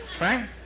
right